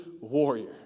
warrior